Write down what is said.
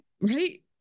right